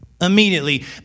immediately